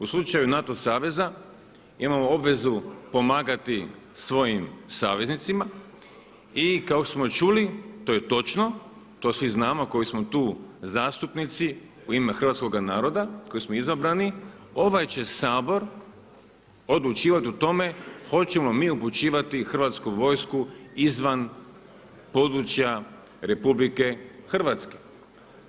U slučaju NATO saveza imamo obvezu pomagati svojim saveznicima i kao što smo čuli to je točno, to svi znamo koji smo tu zastupnici u ime hrvatskoga naroda koji smo izabrani ovaj će Sabor odlučivati o tome hoćemo li mi upućivati Hrvatsku vojsku izvan područja Republike Hrvatske.